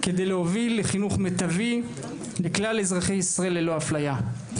כדי להוביל לחינוך מיטבי לכלל אזרחי ישראל ללא אפליה.